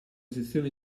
sezione